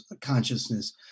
consciousness